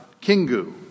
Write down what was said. Kingu